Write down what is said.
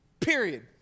Period